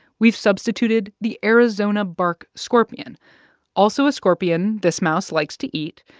we've substituted the arizona bark scorpion also a scorpion this mouse likes to eat,